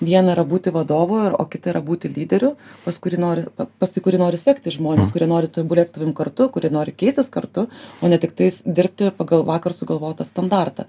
viena yra būti vadovu ir o kita yra būti lyderiu pas kurį nori pa paskui kurį nori sekti žmones kurie nori tobulėt su tavim kartu kurie nori keistis kartu o ne tiktais dirbti pagal vakar sugalvotą standartą